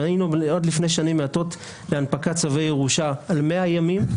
אם עד לפני שנים מעטות הנפקת צו ירושה לקחה 100 ימים,